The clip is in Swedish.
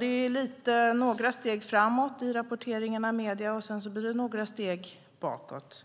Det är lite av några steg framåt i rapporteringarna i medierna, och sedan blir det några steg bakåt.